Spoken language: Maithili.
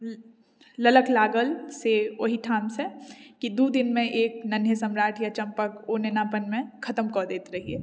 ललक लागल से ओहि ठाम से कि दू दिनमे एक नन्हेँ सम्राट या चम्पक ओ नेनापनमे खतम कऽ दैत रहियै